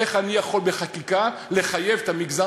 איך אני יכול בחקיקה לחייב את המגזר